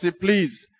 please